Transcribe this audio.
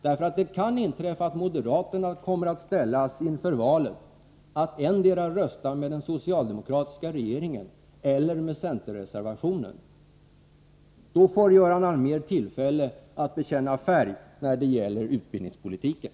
Det kan nämligen inträffa att moderaterna kommer att ställas inför valet att rösta endera med den socialdemokratiska regeringen eller för centerreservationen. Då får Göran Allmér tillfälle att bekänna färg när det gäller utbildningspolitiken.